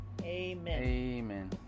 Amen